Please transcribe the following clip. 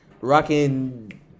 rocking